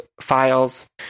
files